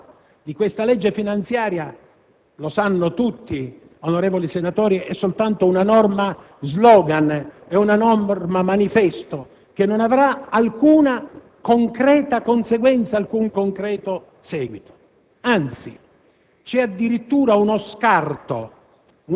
La norma contenuta nel primo comma di questa legge finanziaria - lo sanno tutti, onorevoli senatori - è soltanto una norma *slogan*, una norma manifesto, che non avrà alcuna concreta conseguenza e alcun concreto seguito.